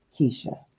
Keisha